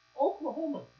Oklahoma